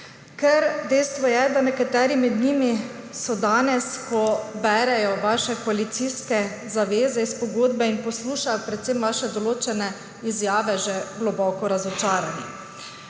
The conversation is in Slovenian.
Ker dejstvo je, da so nekateri med njimi danes, ko berejo vaše koalicijske zaveze iz pogodbe in poslušajo predvsem določene vaše izjave, že globoko razočarani.